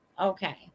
Okay